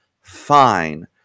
fine